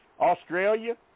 Australia